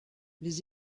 les